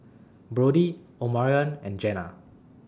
Brodie Omarion and Jena